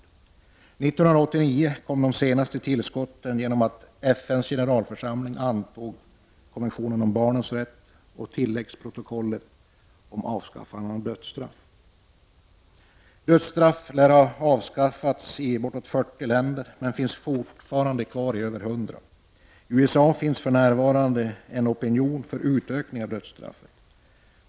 1989 kom de senaste tillskotten genom att FNs generalförsamling antog konventionen om barnens rätt och tilläggsprotokollet om avskaffande av dödsstraff. Dödsstraffet lär ha avskaffats i bortåt 40 länder men finns fortfararande kvar i över 100. I USA finns för närvarande en opinion för utökning av dödsstraffet.